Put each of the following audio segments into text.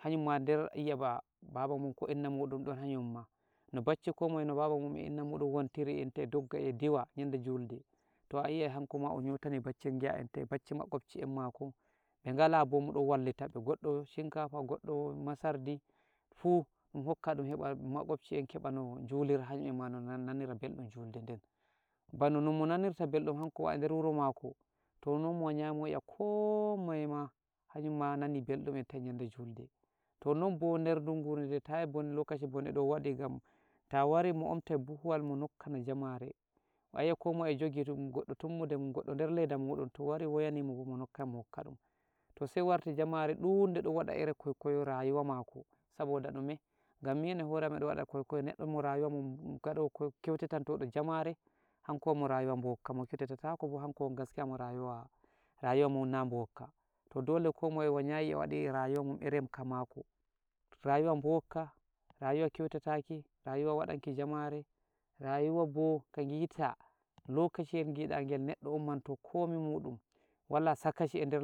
hanyunma der yi'a, ba baba mun, ko inna muɗum, ɗon hanyunma, no bacci ko moye, no baba mun e inna muɗun, wuntiri enta e dogga e diwa nyande julde, to ayi'ai hankoma o nyotanai bacci, ngiya enta e bacci makobci en mako, be ngala, bo oɗon wallita be, goɗɗo shinkafa, goɗɗo masardi, fuh ɗun hokka, ɗum heba makobshi en keɓa no njulira hanun emma, no na-nanira belɗum julde den, bano nomo nanirta belɗum hankoma eder wuro mako, toh non mo wanyayi, mo yi'a ko moyema, hanyunma nani belɗum enta e nyande julde, toh nonbo der dungu re tayi bone, lokashi bone do waɗi, gam, ta wari, mo omtai buhuwal, mo nokkana jamare, ayi'ai ko moye e jogi, goɗɗo tummude mun, goɗɗo der leda muɗum, to wari woyanimo, bo mo nokka mo hokka ɗum, toh sai warti jamare ɗunde, wadai iri kwaikwayo rayuwa mako, saboda ɗume, gam min e hore'am mi waɗai kwaikwayo, neɗɗo mo rayuwa mun, hadowo, kyautitan todo jamare, hanko won mo rayuwa boukka, mo kyautita takobo, hanko won, gaskiya, mo rayuwa, rayuwa mona boukka, toh dole ko moye, wanyayi yi'a waɗi rayuwa mun iri kamako, rayuwa boukka, rayuwa kyautataki, rayuwa waɗanki jamare, rayuwa bo ka ngita, lokashiyel ngiɗa ngel neɗɗo ummanto, komi muɗum, wala sakashi eder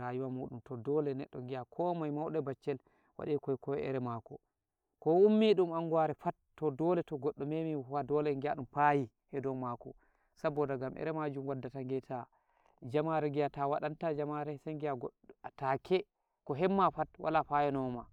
rayuwa muɗum, toh dole neɗɗo ngiya ko moye, mauɗo e baccel, waɗi kwaikwayo iri mako, ko ummii dum anguware pat, to dole to goɗɗo memimo fah ngi'a ɗum fayi e dou mako, saboda gam ere majum, waddata ngita, jamare ngiya, ta waɗanta jamare, sai ngi'a goɗɗo atake, ko hemma pat, wala payano woma.